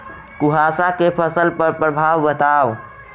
कुहासा केँ फसल पर प्रभाव बताउ?